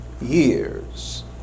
years